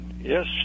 yes